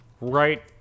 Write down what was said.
right